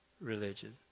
religion